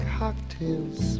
cocktails